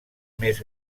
més